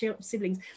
siblings